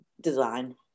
design